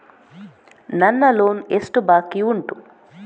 ನನ್ನ ಲೋನ್ ಎಷ್ಟು ಬಾಕಿ ಉಂಟು?